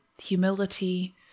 humility